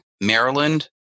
Maryland